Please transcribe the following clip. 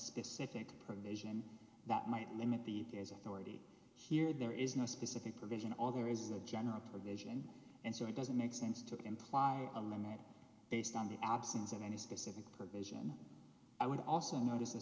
specific provision that might limit the his authority here there is no specific provision all there is a general provision and so it doesn't make sense to imply a limit based on the absence of any specific provision i would also notice